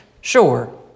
Sure